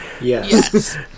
Yes